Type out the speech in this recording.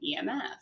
EMF